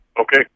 okay